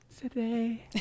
today